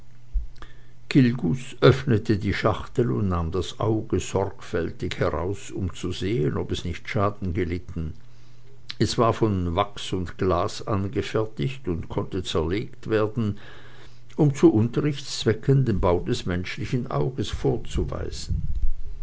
gilgus öffnete die schachtel und nahm das auge sorgfältig heraus um zu sehen ob es nicht schaden gelitten es war von wachs und glas angefertigt und konnte zerlegt werden um zu unterrichtszwecken den bau des menschlichen auges vorzuweisen